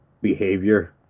Behavior